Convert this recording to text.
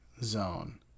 zone